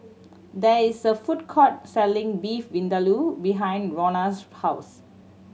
there is a food court selling Beef Vindaloo behind Rhona's house